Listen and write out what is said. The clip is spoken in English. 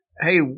Hey